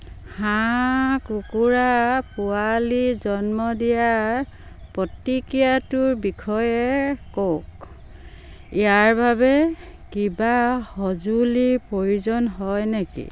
হাঁহ কুকুৰা পোৱালি জন্ম দিয়াৰ প্ৰতিক্ৰিয়াটোৰ বিষয়ে কওক ইয়াৰ বাবে কিবা সঁজুলি প্ৰয়োজন হয় নেকি